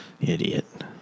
Idiot